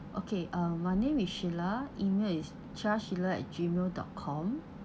okay um my name is sheila email is chia sheila at G mail dot com